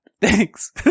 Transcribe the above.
Thanks